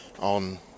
on